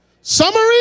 summary